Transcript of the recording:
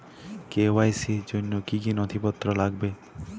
KYC র জন্য কি কি নথিপত্র লাগবে?